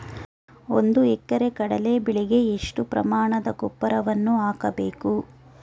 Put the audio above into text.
ಒಂದು ಎಕರೆ ಕಡಲೆ ಬೆಳೆಗೆ ಎಷ್ಟು ಪ್ರಮಾಣದ ಗೊಬ್ಬರವನ್ನು ಹಾಕಬೇಕು?